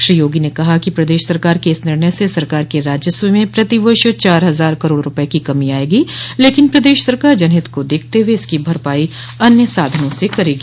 श्री योगी ने कहा कि प्रदेश सरकार के इस निर्णय से सरकार के राजस्व में प्रति वर्ष चार हजार करोड़ रूपये की कमी आयेगी लेकिन प्रदेश सरकार जनहित को देखते हुए इसकी भरपाई अन्य साधनों से करेगी